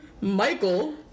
Michael